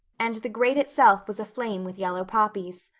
and the grate itself was aflame with yellow poppies.